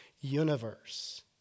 universe